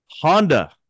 Honda